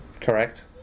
correct